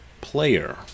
player